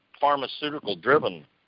pharmaceutical-driven